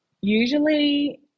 Usually